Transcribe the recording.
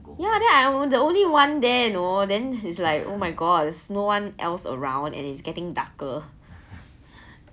ya then I was the only one there you know then this is like oh my god there's no one else around and it's getting darker